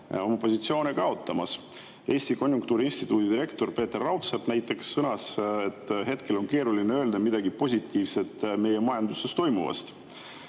oma positsioone kaotamas. Eesti Konjunktuuriinstituudi direktor Peeter Raudsepp näiteks sõnas, et hetkel on keeruline öelda midagi positiivset meie majanduse kohta,